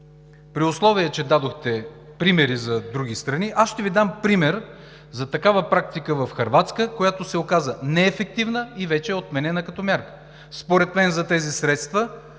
При условие че дадохте примери за други страни, аз ще Ви дам пример за такава практика в Хърватска, която се оказа неефективна и вече е отменена като мярка. Според мен за тези средства